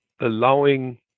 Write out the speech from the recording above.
allowing